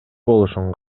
болушун